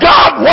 God